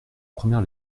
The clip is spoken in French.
première